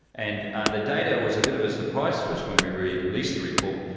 and the data was a bit of a surprise to us when we released the report,